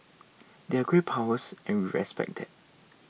they're great powers and we respect that